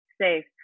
Safe